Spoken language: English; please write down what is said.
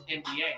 NBA